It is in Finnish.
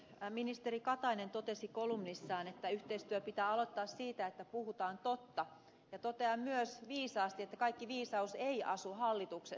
ministeri katainen totesi kolumnissaan että yhteistyö pitää aloittaa siitä että puhutaan totta ja totesi myös viisaasti että kaikki viisaus ei asu hallituksessa